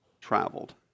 traveled